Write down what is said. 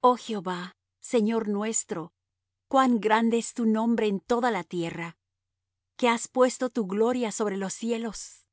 oh jehová señor nuestro cuán grande es tu nombre en toda la tierra que has puesto tu gloria sobre los cielos